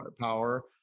power